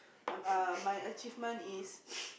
um err my achievement is